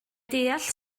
deall